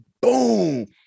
boom